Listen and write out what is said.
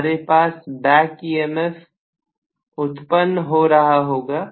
हमारे पास back EMF उत्पन्न हो रहा होगा